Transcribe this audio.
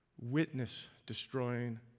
witness-destroying